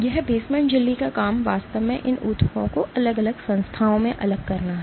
यह बेसमेंट झिल्ली का काम वास्तव में इन ऊतकों को अलग अलग संस्थाओं में अलग करना है